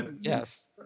Yes